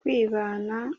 kwibana